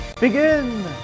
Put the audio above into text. begin